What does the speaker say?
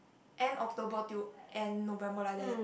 end October till end November like that